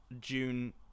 June